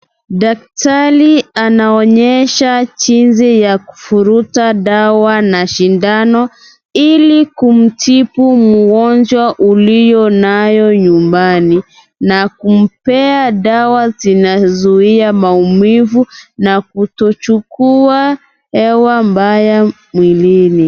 Daktari anaonyesha jinsi ya kuvutura dawa na sindano ili kumtibu mgonjwa uliyo nayo nyumbani na kumpea dawa zinazuia maumivu na kutochukua hewa mbaya mwilini.